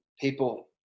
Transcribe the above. people